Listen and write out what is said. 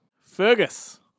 Fergus